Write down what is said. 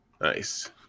Nice